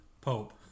Pope